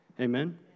Amen